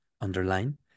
underline